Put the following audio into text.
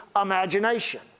imagination